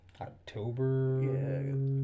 October